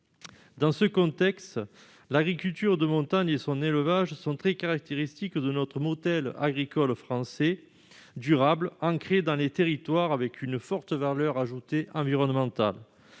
Dans ce contexte, l'agriculture de montagne et son élevage sont très caractéristiques du modèle agricole français durable, ancré dans les territoires et avec une forte valeur ajoutée environnementale,